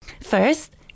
First